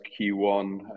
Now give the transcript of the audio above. Q1